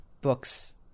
books